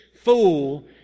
fool